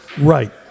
Right